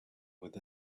with